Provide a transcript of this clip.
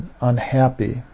unhappy